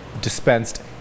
dispensed